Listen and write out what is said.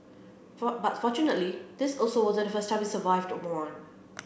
but fortunately this also wasn't the first time he survived one